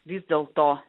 vis dėlto